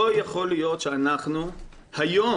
לא יכול להיות שאנחנו היום,